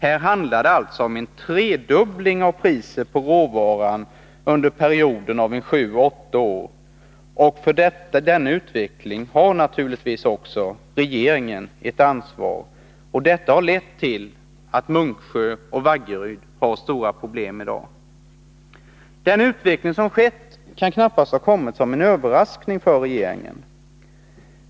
Här handlar det alltså om en tredubbling av priset på råvaran under en 7-8-årsperiod, och för detta har naturligtvis också regeringen ett ansvar. Detta har lett till att Munksjö och Vaggeryd har stora problem i dag. Den utveckling som skett kan knappast ha kommit som en överraskning för regeringen.